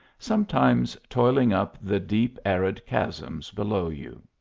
sometimes toiling up the deep arid chasms below you.